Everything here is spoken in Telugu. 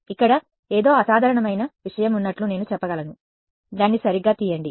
ఇక్కడ ఏదో అసాధారణమైన విషయం ఉన్నట్లు నేను చెప్పగలను దాన్ని సరిగ్గా తీయండి